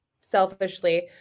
selfishly